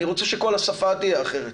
אני רוצה שכל השפה תהיה אחרת.